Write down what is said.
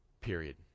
Period